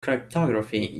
cryptography